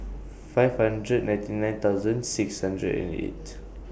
five hundred ninety nine thousand six hundred and eight